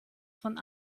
von